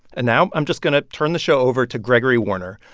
and now i'm just going to turn the show over to gregory warner,